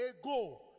ago